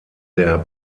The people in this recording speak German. der